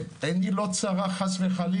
ועיני לא צרה, חס וחלילה,